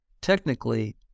technically